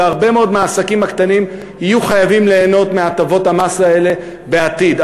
והרבה מאוד מהעסקים הקטנים יהיו חייבים ליהנות מהטבות המס האלה בעתיד.